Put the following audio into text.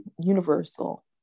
universal